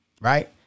Right